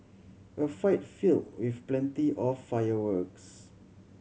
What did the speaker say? a fight filled with plenty of fireworks